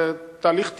זה תהליך טבעי.